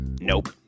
Nope